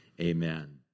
amen